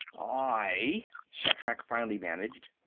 i, shatrak finally managed,